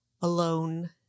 alone